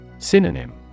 Synonym